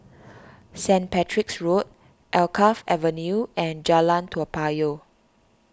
Saint Patrick's Road Alkaff Avenue and Jalan Toa Payoh